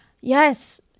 Yes